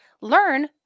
learn